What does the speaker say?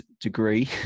degree